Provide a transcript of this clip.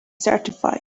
certified